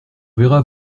verra